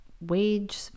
wage